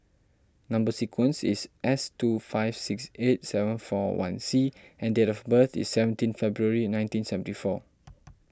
Number Sequence is S two five six eight seven four one C and date of birth is seventeen February nineteen seventy four